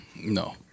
No